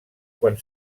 quan